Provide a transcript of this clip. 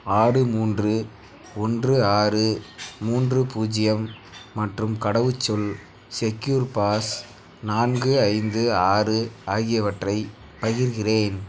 ஆறு மூன்று ஒன்று ஆறு மூன்று பூஜ்ஜியம் மற்றும் கடவுச்சொல் செக்யூர் பாஸ் நான்கு ஐந்து ஆறு ஆகியவற்றைப் பகிர்கிறேன்